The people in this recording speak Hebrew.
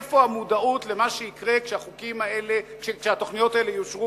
איפה המודעות למה שיקרה כשהתוכניות האלה יאושרו